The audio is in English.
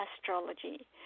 astrology